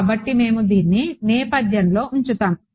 కాబట్టి మేము దీన్ని నేపథ్యంలో ఉంచుతాము